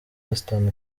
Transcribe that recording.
western